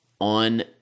on